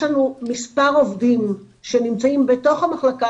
יש לנו מס' עובדים שנמצאים בתוך המחלקה